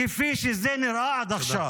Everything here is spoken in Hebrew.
כפי שזה נראה עד עכשיו.